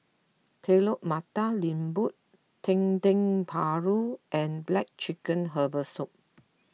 Telur Mata Lembu Dendeng Paru and Black Chicken Herbal Soup